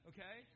Okay